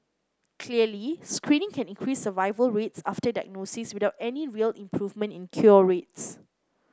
clearly screening can increase survival rates after diagnosis without any real improvement in cure rates